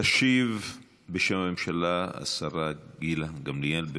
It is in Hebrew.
תשיב בשם הממשלה השרה גילה גמליאל.